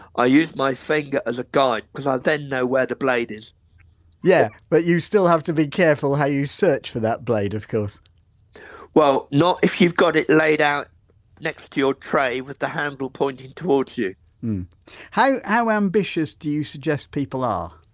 i use my finger as a guide because i then know where the blade is yeah, but you still have to be careful how you search for that blade of course well, not if you've got it laid out next to your tray with the handle pointing towards you how ambitious do you suggest people are?